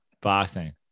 boxing